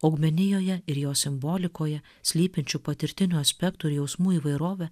augmenijoje ir jos simbolikoje slypinčių patirtinių aspektų ir jausmų įvairovė